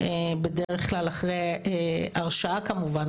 בדרך כלל אחרי הרשעה כמובן.